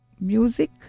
Music